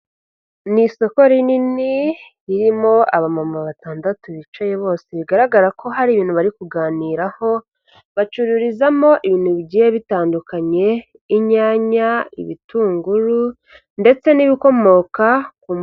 Ni isoko rinini ririmo abamama batandatu bicaye bose, bigaragara ko hari ibintu bari kuganiraho, bacururizamo ibintu bijyiye bitandukanye, inyanya, ibitunguru ndetse n'ibikomoka ku ma...